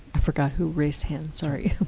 i forgot who raised hands, sorry.